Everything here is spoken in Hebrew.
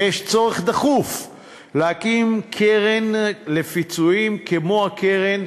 ויש צורך דחוף להקים קרן לפיצויים כמו הקרן,